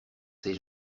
ses